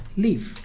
leave.